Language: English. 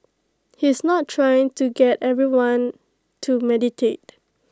he is not trying to get everyone to meditate